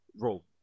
role